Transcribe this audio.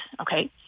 Okay